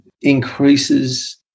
increases